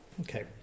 Okay